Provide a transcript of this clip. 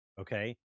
okay